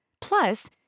Plus